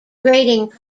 grading